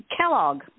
Kellogg